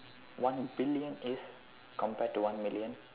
one billion is compared to one million